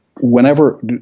Whenever